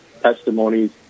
testimonies